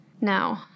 No